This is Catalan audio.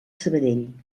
sabadell